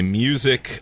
music